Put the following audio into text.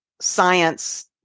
science